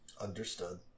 Understood